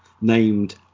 named